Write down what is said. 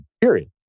period